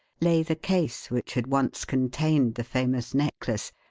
lay the case which had once contained the famous necklace,